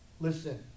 Listen